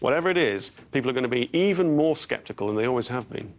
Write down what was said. whatever it is people are going to be even more skeptical and they always have been